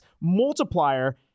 multiplier